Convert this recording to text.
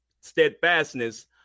steadfastness